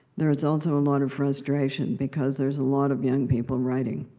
there's also a lot of frustration, because there's a lot of young people writing.